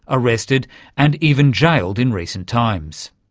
arrested and even jailed in recent times.